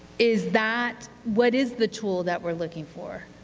is that, what is the tool that we are looking for?